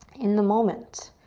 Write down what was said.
in the moment.